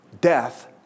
Death